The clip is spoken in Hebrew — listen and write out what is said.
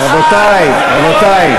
רבותי, רבותי.